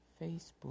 Facebook